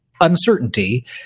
uncertainty –